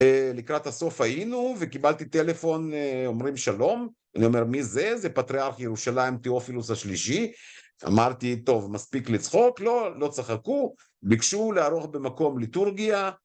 לקראת הסוף היינו וקיבלתי טלפון אומרים שלום אני אומר מי זה זה פטריארך ירושלים תיאופילוס השלישי אמרתי טוב מספיק לצחוק לא לא צחקו ביקשו לערוך במקום ליטורגיה.